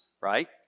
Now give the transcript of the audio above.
right